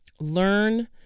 Learn